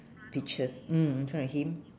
peaches mm in front of him